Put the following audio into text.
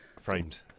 framed